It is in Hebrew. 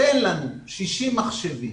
שאתן להם 60 מחשבים